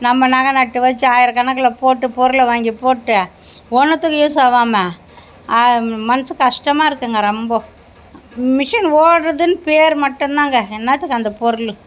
நம்ம நகை நட்டை வச்சு ஆயிர கணக்கில் போட்டு பொருளை வாங்கி போட்டு ஒண்ணுத்துக்கும் யூஸ் ஆகாம மனசு கஷ்டமாக இருக்குங்க ரொம்ப மெஷின் ஓடுதுன்னு பேர் மட்டும்தாங்க என்னத்துக்கு அந்த பொருள்